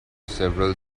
several